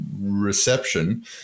reception